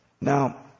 Now